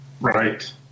Right